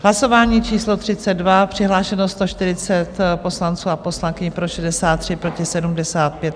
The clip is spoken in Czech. Hlasování číslo 32, přihlášeno 140 poslanců a poslankyň, pro 63, proti 75.